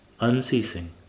unceasing